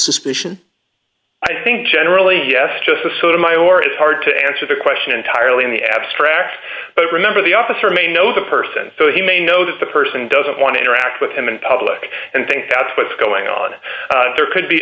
suspicion i think generally yes just the sort of my or it's hard to answer the question entirely in the abstract but remember the officer may know the person so he may know that the person doesn't want to interact with him in public and think that what's going on there could be